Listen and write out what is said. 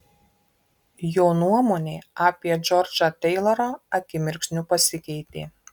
jo nuomonė apie džordžą teilorą akimirksniu pasikeitė